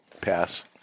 Pass